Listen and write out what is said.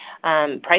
price